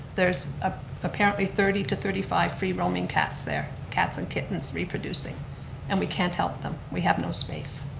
there's ah apparently thirty to thirty five free-roaming cats there. cats and kittens reproducing and we can't help them. we have no space.